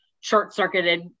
short-circuited